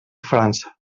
frança